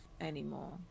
anymore